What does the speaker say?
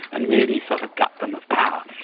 and really sort of gut them of power.